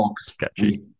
sketchy